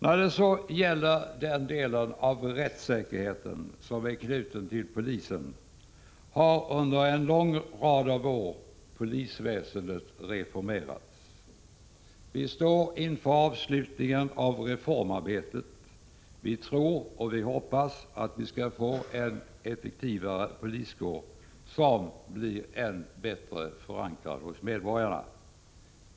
När det gäller den del av rättssäkerheten som är knuten till polisens verksamhetsområde skall sägas att polisväsendet under en lång rad av år har reformerats. Vi står nu inför avslutningen av reformarbetet. Vi tror och hoppas att vi skall få en effektivare poliskår, som blir än bättre förankrad hos medborgarna.